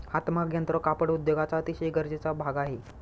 हातमाग यंत्र कापड उद्योगाचा अतिशय गरजेचा भाग आहे